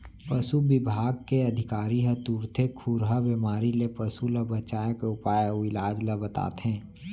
पसु बिभाग के अधिकारी ह तुरते खुरहा बेमारी ले पसु ल बचाए के उपाय अउ इलाज ल बताथें